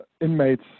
inmates